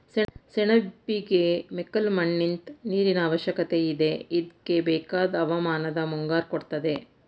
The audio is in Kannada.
ಸೆಣಬಿಗೆ ಮೆಕ್ಕಲುಮಣ್ಣು ನಿಂತ್ ನೀರಿನಅವಶ್ಯಕತೆಯಿದೆ ಇದ್ಕೆಬೇಕಾದ್ ಹವಾಮಾನನ ಮುಂಗಾರು ಕೊಡ್ತದೆ